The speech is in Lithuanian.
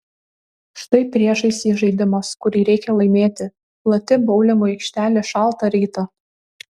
štai priešais jį žaidimas kurį reikia laimėti plati boulingo aikštelė šaltą rytą